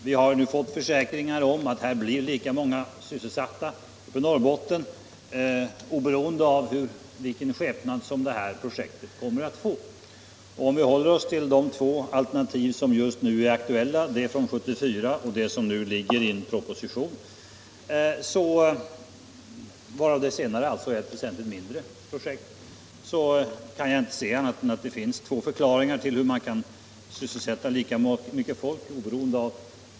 Vi har fått veta att det blir lika många sysselsatta i Norrbotten oberoende av vilken skepnad som detta projekt kommer att få. Om vi håller oss till de två alternativ som just är aktuella, det från 1974 och propositionens bantade förslag, kan det bara finnas två förklaringar till hur man kan sysselsätta lika mycket folk i båda.